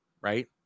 right